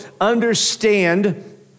understand